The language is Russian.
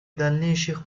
дальнейших